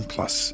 Plus